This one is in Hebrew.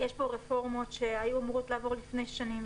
יש פה רפורמות שהיו אמורות לעבור לפני שנים,